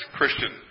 Christian